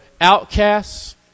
outcasts